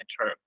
term